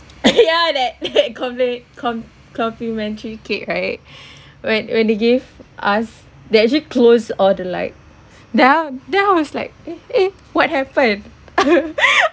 ya that comple~ com~ complimentary cake right when when they gave us they actually close all the lights ya I then I was like eh eh what happened